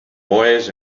boys